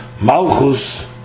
Malchus